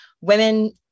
women